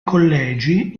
collegi